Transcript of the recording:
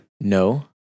No